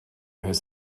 his